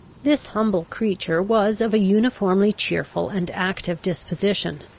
this humble creature was of a uniformly cheerful and active disposition,